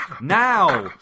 Now